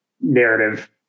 narrative